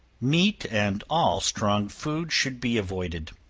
meat and all strong food should be avoided,